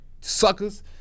suckers